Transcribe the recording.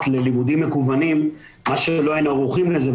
ללימודים מקוונים מה שלא היינו ערוכים לזה,